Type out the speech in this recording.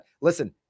Listen